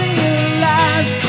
realize